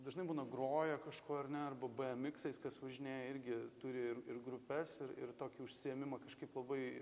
dažnai būna groja kažkuo ar ne arba b m iksais kas važinėja irgi turi ir ir grupes ir ir tokį užsiėmimą kažkaip labai